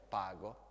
pago